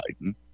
Biden